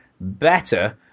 better